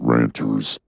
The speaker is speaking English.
Ranter's